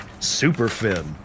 Superfin